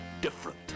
different